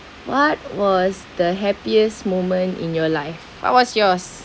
what was the happiest moment in your life what was yours